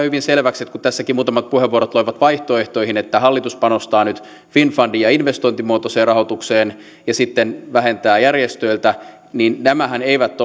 hyvin selväksi kun tässäkin muutamat puheenvuorot loivat vaihtoehtoihin että hallitus panostaa nyt finnfundiin ja investointimuotoiseen rahoitukseen ja sitten vähentää järjestöiltä että nämähän eivät